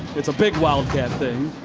it's a big while cat thing.